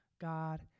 God